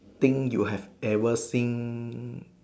thing that you have ever think